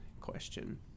question